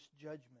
judgment